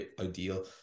ideal